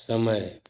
समय